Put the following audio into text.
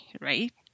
right